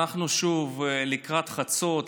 אנחנו שוב לקראת חצות,